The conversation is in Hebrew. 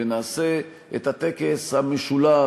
ונעשה את הטקס המשולב,